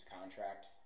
contracts